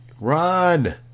Run